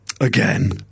again